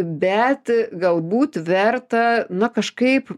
bet galbūt verta na kažkaip